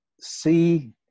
see